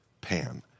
Pan